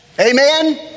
Amen